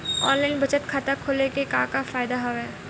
online बचत खाता खोले के का का फ़ायदा हवय